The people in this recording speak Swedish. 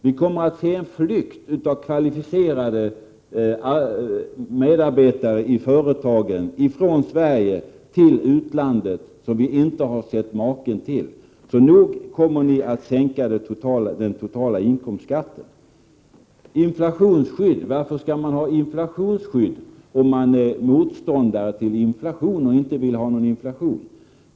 Vi kommer att uppleva en flykt av kvalificerade medarbetare i företagen från Sverige till utlandet som vi inte har sett maken till. Så nog kommer ni att sänka den totala inkomstskatten. Varför skall man ha inflationsskydd om man är motståndare till inflation?